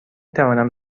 توانم